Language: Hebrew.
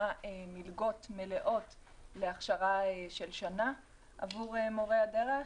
מלגות מלאות להכשרה של שנה עבור מורי הדרך.